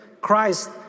Christ